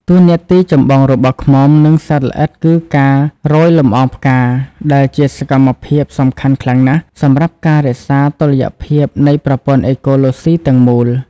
តួនាទីចម្បងរបស់ឃ្មុំ និងសត្វល្អិតគឺការរោយលំអងផ្កា ដែលជាសកម្មភាពសំខាន់ខ្លាំងណាស់សម្រាប់ការរក្សាតុល្យភាពនៃប្រព័ន្ធអេកូឡូស៊ីទាំងមូល។